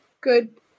good